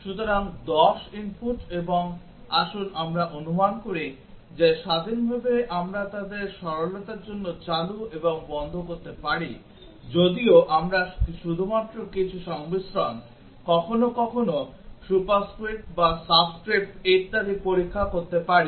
সুতরাং 10 input এবং আসুন আমরা অনুমান করি যে স্বাধীনভাবে আমরা তাদের সরলতার জন্য চালু এবং বন্ধ করতে পারি যদিও আমরা শুধুমাত্র কিছু সংমিশ্রণ কখনও কখনও সুপারস্ক্রিপ্ট বা সাবস্ক্রিপ্ট ইত্যাদি পরীক্ষা করতে পারি